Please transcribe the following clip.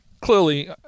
clearly